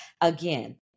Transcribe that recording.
Again